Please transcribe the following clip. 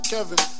Kevin